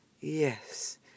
yes